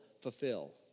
fulfill